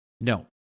No